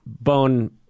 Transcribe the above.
bone